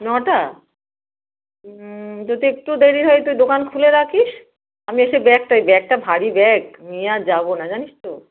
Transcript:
নটা যদি একটু দেরি হয় তুই দোকান খুলে রাখিস আমি এসে ব্যাগটা এই ব্যাগটা ভারী ব্যাগ নিয়ে আর যাবো না জানিস তো